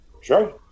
Sure